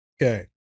Okay